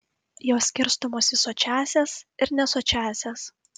jos skirstomos į sočiąsias ir nesočiąsias